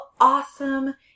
awesome